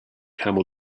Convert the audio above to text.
camel